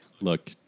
look